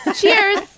cheers